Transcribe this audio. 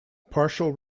partial